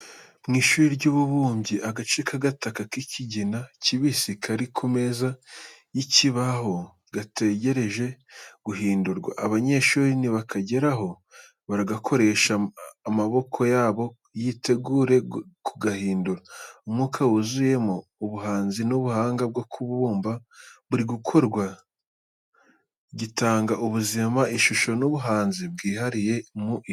Mu ishuri ry’ububumbyi, agace k’agataka k’ikigina kibisi kari ku meza y’ikibaho, gategereje guhindurwa. Abanyeshuri nibakageraho baragakoresha, amaboko yabo yiteguye kugahindura. Umwuka wuzuyemo ubuhanzi n’ubuhanga bwo kubumba, buri gikorwa gitanga ubuzima, ishusho, n’ubuhanzi bwihariye mu ibumba.